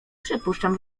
przypuszczam